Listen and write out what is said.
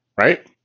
right